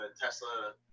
Tesla